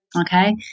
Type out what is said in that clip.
Okay